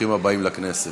ברוכים הבאים לכנסת.